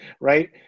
right